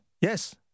yes